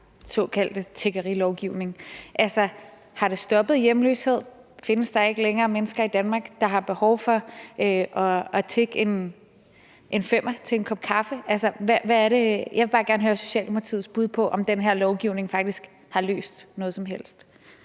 såkaldte tiggerilovgivning. Altså, har det stoppet hjemløshed? Findes der ikke længere mennesker i Danmark, der har behov for at tigge en femmer til en kop kaffe? Jeg vil bare gerne høre Socialdemokratiets bud på, om den her lovgivning faktisk har løst noget som helst.